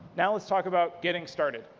now, let's talk about getting started.